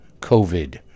COVID